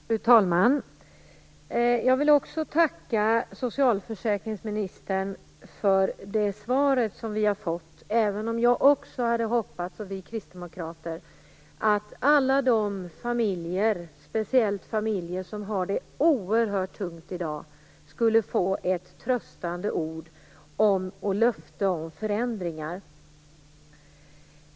Fru talman! Jag vill också tacka socialförsäkringsministern för svaret. Men jag och kristdemokraterna hade hoppats att alla de familjer - speciellt familjer som har det oerhört tungt i dag - skulle få ett tröstande ord och löfte om förändringar.